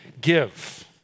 give